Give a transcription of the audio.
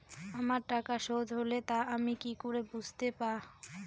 আমার টাকা শোধ হলে তা আমি কি করে বুঝতে পা?